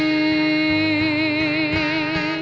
a